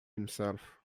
himself